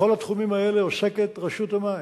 בכל התחומים האלה עוסקת רשות המים,